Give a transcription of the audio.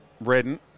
Redden